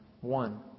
One